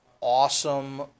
awesome